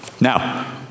Now